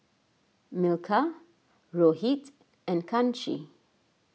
Milkha Rohit and Kanshi